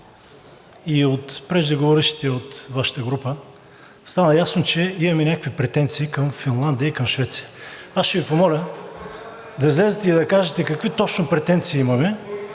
преждеговорившите от Вашата група стана ясно, че имаме някакви претенции към Финландия и към Швеция. Аз ще Ви помоля да излезете и да кажете какви точно претенции имаме